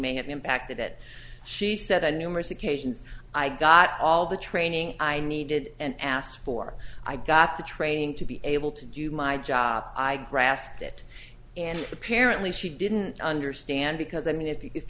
may have impacted it she said the numerous occasions i got all the training i needed and asked for i got the training to be able to do my job i grasped it and apparently she didn't understand because i mean if you